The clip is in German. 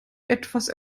etwas